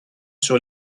sur